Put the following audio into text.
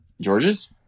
george's